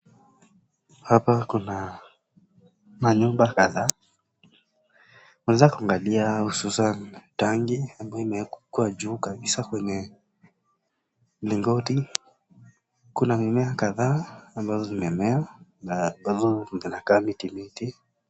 Hapa kuna manyumba kadhaa unaeza kuangalia hususan tangi ambayo imewekwa juu kabisa kwenye mlingoti kuna mimea kadhaa ambazo zimemea ambazo zinakaa miti miti.